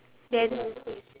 then